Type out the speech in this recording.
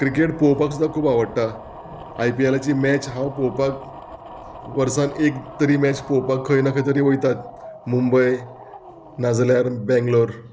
cricket पोवपाक सुद्दां खूब आवडटा आय पी एलाची मॅच हांव पोवपाक वर्सान एक तरी मॅच पोवपाक खंय ना खंय तरी वयतात मुंबय नाजाल्यार बेंगलोर